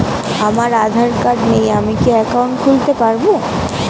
আমার আধার কার্ড নেই আমি কি একাউন্ট খুলতে পারব?